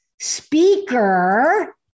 speaker